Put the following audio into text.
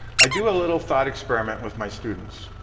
i do a little thought experiment with my students,